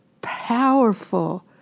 powerful